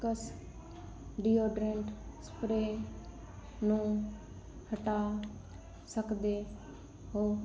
ਕਸ deodorant spray ਨੂੰ ਹਟਾ ਸਕਦੇ ਹੋ